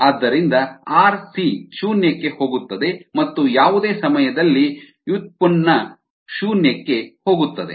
ಆದ್ದರಿಂದ R C ಶೂನ್ಯಕ್ಕೆ ಹೋಗುತ್ತದೆ ಮತ್ತು ಯಾವುದೇ ಸಮಯದಲ್ಲಿ ವ್ಯುತ್ಪನ್ನ ಶೂನ್ಯಕ್ಕೆ ಹೋಗುತ್ತದೆ